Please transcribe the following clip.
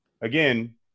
again